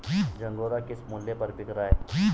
झंगोरा किस मूल्य पर बिक रहा है?